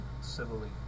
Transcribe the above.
civilly